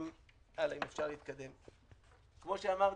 כמו שאמרתי,